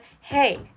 hey